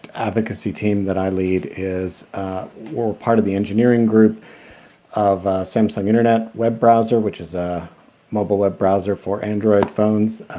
advocacy team that i lead is part of the engineering group of samsung internet web browser which is a mobile web browser for android phones,